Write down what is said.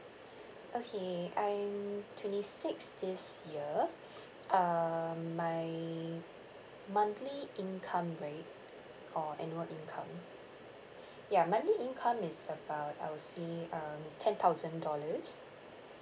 okay I'm twenty six this year um my monthly income right or annual income ya monthly income is about I would say um ten thousand dollars